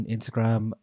Instagram